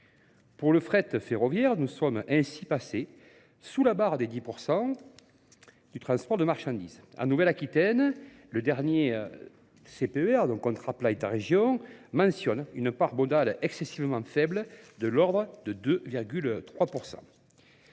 Pour le fret ferroviaire, nous sommes ainsi passés sous la barre des 10%, du transport de marchandises. En Nouvelle-Aquitaine, le dernier CPER, donc Contra-Plate à région, mentionne une part bondale excessivement faible de l'ordre de 2,3 %.